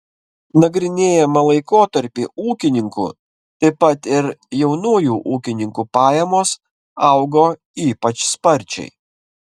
nagrinėjamą laikotarpį ūkininkų taip pat ir jaunųjų ūkininkų pajamos augo ypač sparčiai